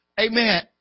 amen